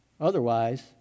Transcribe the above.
Otherwise